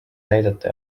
näidata